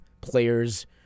players